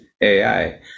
AI